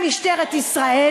במשטרת ישראל,